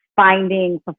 finding